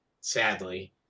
sadly